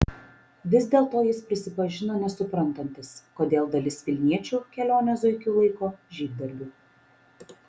vis dėlto jis prisipažino nesuprantantis kodėl dalis vilniečių kelionę zuikiu laiko žygdarbiu